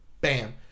Bam